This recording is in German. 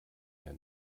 der